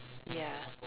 ya